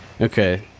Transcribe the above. Okay